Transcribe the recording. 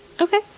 Okay